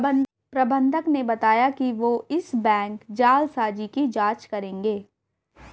प्रबंधक ने बताया कि वो इस बैंक जालसाजी की जांच करेंगे